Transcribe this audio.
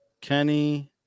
Kenny